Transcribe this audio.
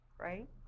right